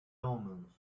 omens